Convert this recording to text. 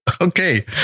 Okay